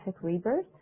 rebirth